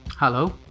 Hello